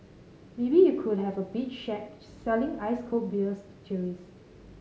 maybe you could have a beach shack selling ice cold beers to tourists